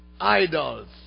idols